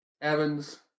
Evans